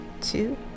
two